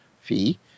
fee